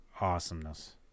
awesomeness